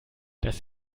das